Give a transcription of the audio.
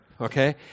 okay